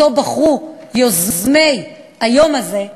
שבחרו יוזמי היום הזה,